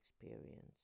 experience